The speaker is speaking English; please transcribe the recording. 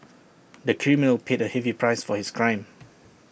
the criminal paid A heavy price for his crime